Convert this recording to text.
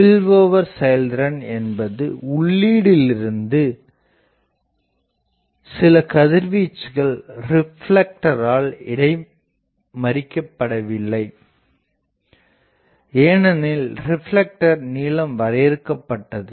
spillover செயல்திறன் என்பது உள்ளீடுஇலிருந்து சில கதிர்வீச்சுகள் ரிப்லெக்டரால் இடைமறிக்கப்படவில்லை ஏனெனில் ரிப்லெக்டர் நீளம் வரையறுக்கப்பட்டது